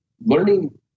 learning